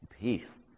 peace